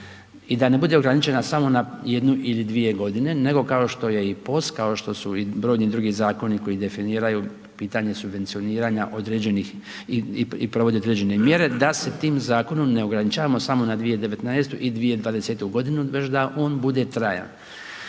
i da ne bude ograničena samo na jednu i dvije godine nego kao što je i POS, kao što su i brojni drugi zakoni koji definiraju pitanje subvencioniranja određenih i provode određene mjere da se tim zakonom ne ograničavamo samo na 2019.-tu i 2020.-tu godinu već da on bude trajan.